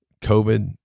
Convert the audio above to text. covid